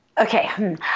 Okay